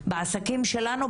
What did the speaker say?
בעסקים שלנו,